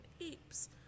apes